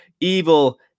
evil